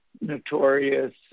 notorious